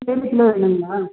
kilo வேணுங்களா